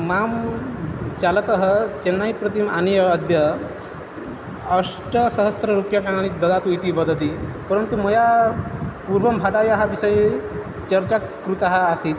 मां चालकः चेन्नै प्रतिम् आनीय अद्य अष्टसहस्ररूप्यकाणि ददातु इति वदति परन्तु मया पूर्वं भाटायाः विषये चर्चा कृता आसीत्